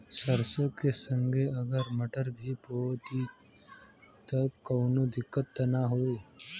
सरसो के संगे अगर मटर भी बो दी त कवनो दिक्कत त ना होय?